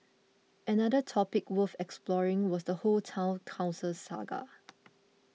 another topic worth exploring was the whole Town Council saga